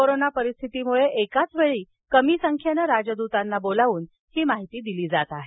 corona परिस्थितीमुळं एकाच वेळी कमी संख्येनं राजदूतांना बोलावून माहिती दिली जात आहे